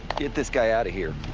get this guy out of here.